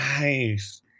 nice